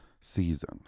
season